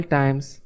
times